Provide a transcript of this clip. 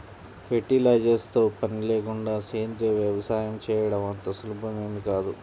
fertilisers తో పని లేకుండా సేంద్రీయ వ్యవసాయం చేయడం అంత సులభమేమీ కాదు